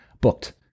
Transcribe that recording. booked